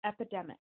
epidemic